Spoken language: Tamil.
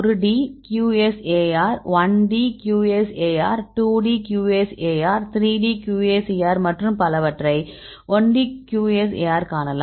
1D QSAR 2D QSAR 3D QSAR மற்றும் பலவற்றை 1D QSAR காணலாம்